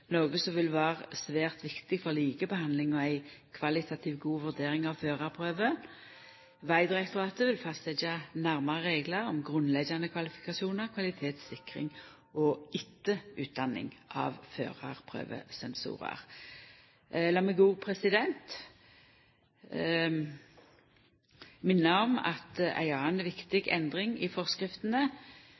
noko som vil vera svært viktig for likebehandling og ei kvalitativt god vurdering av førarprøva. Vegdirektoratet vil fastsetja nærmare reglar om grunnleggjande kvalifikasjonar, kvalitetssikring og etterutdanning av førarprøvesensorar. Lat meg òg minna om at ei anna viktig endring i forskriftene